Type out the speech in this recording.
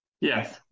Yes